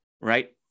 right